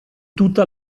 tutta